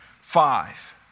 five